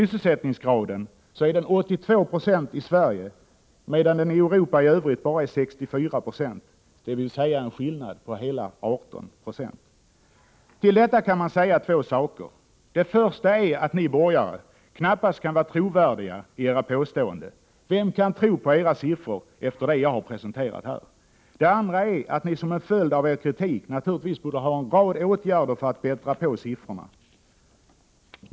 Sysselsättningsgraden är 82 96 i Sverige medan den i Europa i övrigt bara är 64 70, dvs. en skillnad på hela 18 96. Om detta kan man säga två saker. Det första är att ni borgare knappast kan vara trovärdiga i era påståenden. Vem kan tro på era siffror efter det jag har presenterat här? Det andra är att ni som en följd av er kritik naturligtvis borde föreslå en rad åtgärder för att bättra på siffrorna.